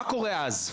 מה קורה אז?